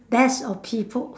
best of people